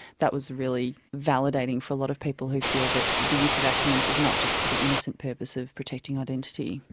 that was really validating for a lot of people who feel that the use of acronyms is not just for the innocent purpose of protecting identity.